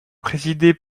présidée